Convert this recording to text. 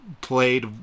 played